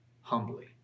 humbly